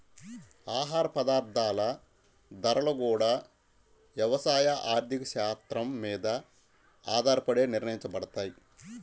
ఆహార పదార్థాల ధరలు గూడా యవసాయ ఆర్థిక శాత్రం మీద ఆధారపడే నిర్ణయించబడతయ్